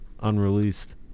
unreleased